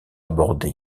abordé